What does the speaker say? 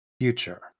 future